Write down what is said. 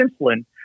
insulin